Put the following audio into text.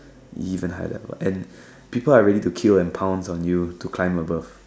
even higher level and people are ready to kill and pounce on you to climb above